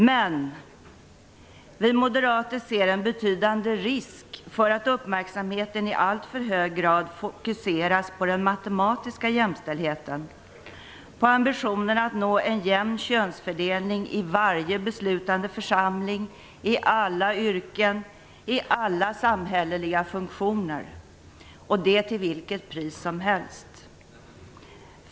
Men vi moderater ser en betydande risk för att uppmärksamheten i allt för hög grad fokuseras på den matematiska jämställdheten, på ambitionen att nå en jämn könsfördelning i varje beslutande församling, i alla yrken, i alla samhälleliga funktioner - och det till vilket pris som helst.